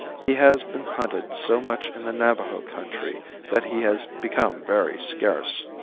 he has been hunted so much in the navajo country that he has become very scarce.